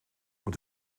het